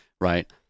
right